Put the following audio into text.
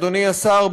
אדוני השר,